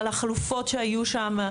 על החלופות שהיו שם.